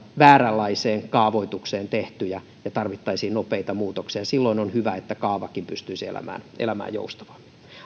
vääränlaiseen kaavoitukseen tehtyjä ja tarvittaisiin nopeita muutoksia silloin on hyvä että kaavakin pystyisi elämään joustavammin